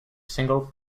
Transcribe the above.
single